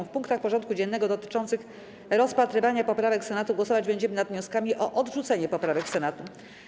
W punktach porządku dziennego dotyczących rozpatrywania poprawek Senatu głosować będziemy nad wnioskami o odrzucenie poprawek Senatu.